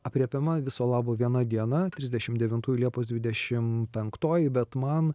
aprėpiama viso labo viena diena trisdešimt devintųjų liepos dvidešimt penktoji bet man